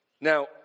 Now